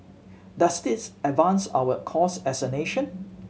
does this advance our cause as a nation